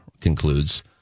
concludes